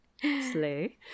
Slay